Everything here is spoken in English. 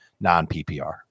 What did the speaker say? non-PPR